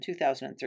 2013